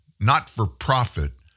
not-for-profit